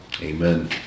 Amen